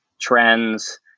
trends